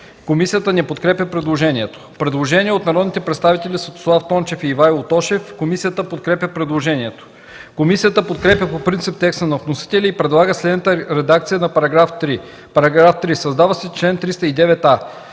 Комисията не подкрепя предложението. Предложение от народните представители Светослав Тончев и Ивайло Тошев. Комисията подкрепя предложението. Комисията подкрепя по принцип текста на вносителя и предлага следната редакция на § 3: „§ 3. Създава се чл. 309а: